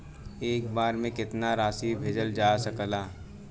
एक बार में केतना राशि भेजल जा सकेला?